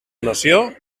nació